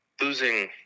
losing